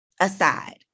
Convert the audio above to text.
Aside